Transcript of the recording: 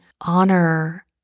honor